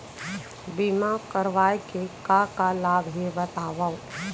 बीमा करवाय के का का लाभ हे बतावव?